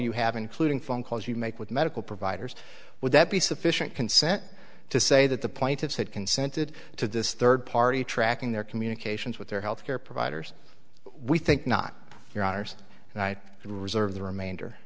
you have including phone calls you make with medical providers would that be sufficient consent to say that the plaintiffs had consented to this third party tracking their communications with their health care providers we think not your honour's and i reserve the remainder